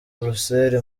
buruseli